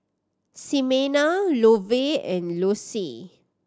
Ximena Lovey and Lossie